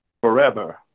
forever